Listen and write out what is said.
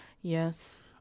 Yes